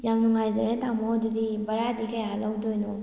ꯌꯥꯝ ꯅꯨꯡꯉꯥꯏꯖꯔꯦ ꯇꯥꯃꯣ ꯑꯗꯨꯗꯤ ꯕꯔꯥꯗꯤ ꯀꯌꯥ ꯂꯧꯗꯣꯏꯅꯣ